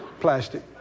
plastic